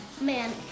man